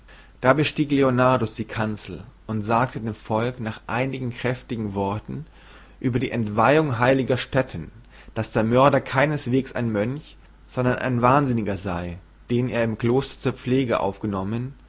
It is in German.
da bestieg leonardus die kanzel und sagte dem volk nach einigen kräftigen worten über die entweihung heiliger stätten daß der mörder keinesweges ein mönch sondern ein wahnsinniger sei den er im kloster zur pflege aufgenommen